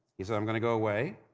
he said, i'm going to go away.